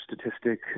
statistic